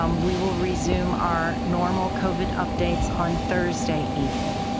um we will resume our normal covid updates on thursday evening.